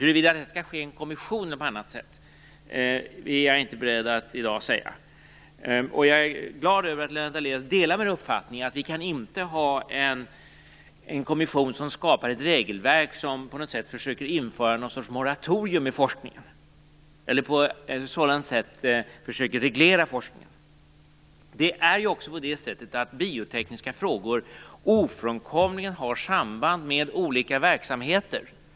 Huruvida det här skall ske i en kommission eller på annat sätt är jag inte i dag beredd att säga. Jag är dock glad att Lennart Daléus delar min uppfattning att vi inte kan ha en kommission som skapar ett regelverk som försöker införa någon sorts moratorium i forskningen eller på annat sätt försöker reglera forskningen. Biotekniska frågor har ju ofrånkomligen ett samband med olika verksamheter.